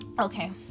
Okay